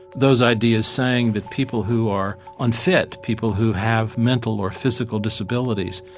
those ideas saying that people who are unfit, people who have mental or physical disabilities,